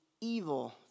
evil